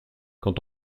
quand